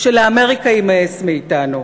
שלאמריקה יימאס מאתנו.